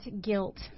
guilt